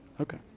Okay